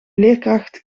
leerkracht